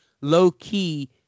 low-key